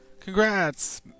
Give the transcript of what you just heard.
Congrats